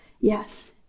Yes